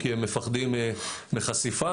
כי הם מפחדים מחשיפה.